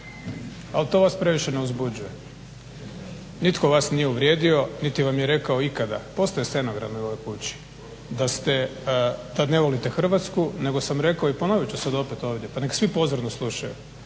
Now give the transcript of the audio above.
ali to vas previše ne uzbuđuje. Nitko vas nije uvrijedio, niti vam je rekao ikada. Postoje stenogrami u ovoj kući, da ste, da ne volite Hrvatsku nego sam rekao i ponovit ću sad opet ovdje pa nek' svi pozorno slušaju